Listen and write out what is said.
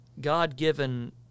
God-given